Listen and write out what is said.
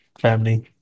family